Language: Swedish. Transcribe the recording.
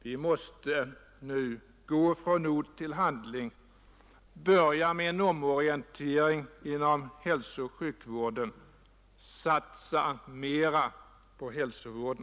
Vi måste nu gå från ord till handling, börja med en omorientering inom hälsooch sjukvården, satsa mera på hälsovården.